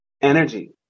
energy